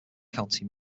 county